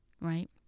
right